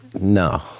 No